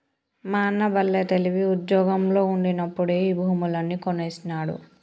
మా అన్న బల్లే తెలివి, ఉజ్జోగంలో ఉండినప్పుడే ఈ భూములన్నీ కొనేసినాడు